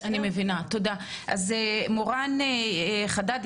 מורן חדד,